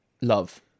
love